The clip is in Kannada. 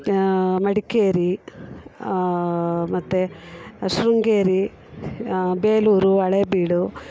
ಮಡಿಕೇರಿ ಮತ್ತು ಶೃಂಗೇರಿ ಬೇಲೂರು ಹಳೆಬೀಡು